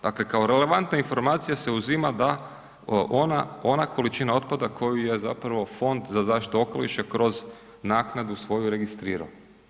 Dakle, kao relevantna informacija se uzima da ona količina otpada koju je zapravo Fond za zaštitu okoliša kroz naknadu svoju registrirao.